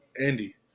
Andy